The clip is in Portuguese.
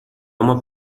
uma